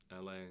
LA